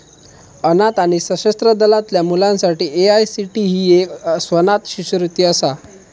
अनाथ आणि सशस्त्र दलातल्या मुलांसाठी ए.आय.सी.टी.ई ही एक स्वनाथ शिष्यवृत्ती असा